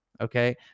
Okay